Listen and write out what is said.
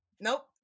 Nope